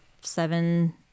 seven